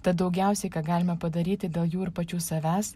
tad daugiausiai ką galime padaryti dėl jų ir pačių savęs